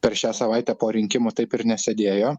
per šią savaitę po rinkimų taip ir nesėdėjo